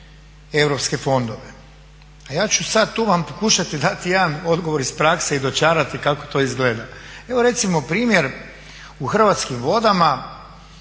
europske fondove.